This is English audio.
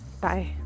Bye